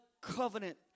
covenant